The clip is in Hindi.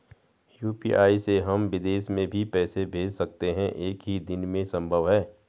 यु.पी.आई से हम विदेश में भी पैसे भेज सकते हैं एक ही दिन में संभव है?